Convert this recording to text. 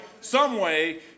someway